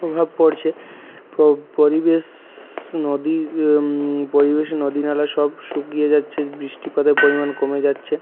প্রভাব পড়ছে পরিবেশ নদী পরিবেশ নদী নালা সব শুকিয়ে যাচ্ছে বৃষ্টিপাতের পরিমাণ কমে যাচ্ছে